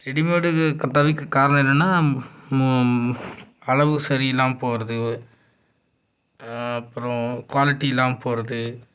readymade தவிர்க்க காரணம் என்னென்னா மு அளவு சரியில்லாமல் போகிறது அப்புறம் குவாலிட்டி இல்லாமல் போகிறது